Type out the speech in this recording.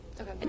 Okay